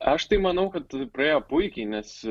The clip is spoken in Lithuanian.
aš tai manau kad praėjo puikiai nes